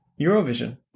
Eurovision